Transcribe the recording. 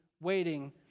waiting